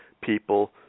people